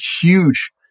huge